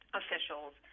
officials